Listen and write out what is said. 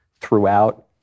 throughout